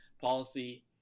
policy